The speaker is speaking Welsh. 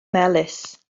melys